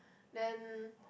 then